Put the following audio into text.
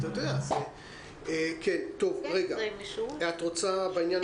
את רוצה בעניין הזה?